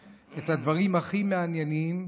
את הדברים הכי מעניינים,